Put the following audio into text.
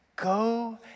Go